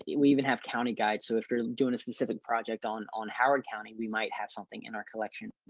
we even have county guide. so if you're doing a specific project on on howard county, we might have something in our collection.